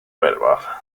bedwar